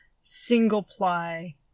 single-ply